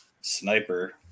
sniper